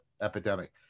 epidemic